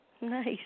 Nice